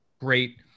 great